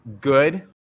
good